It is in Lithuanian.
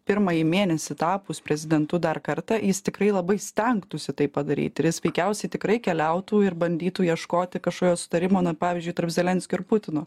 pirmąjį mėnesį tapus prezidentu dar kartą jis tikrai labai stengtųsi tai padaryti ir jis veikiausiai tikrai keliautų ir bandytų ieškoti kažkokio sutarimo na pavyzdžiui tarp zelenskio ir putino